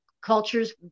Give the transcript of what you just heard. cultures